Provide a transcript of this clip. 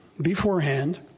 beforehand